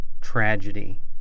Tragedy